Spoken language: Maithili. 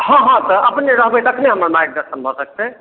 हँ हँ तऽ अपने रहबै तखने हमरा मायके दर्शन भऽ सकतै